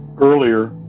earlier